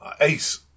Ace